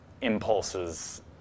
impulses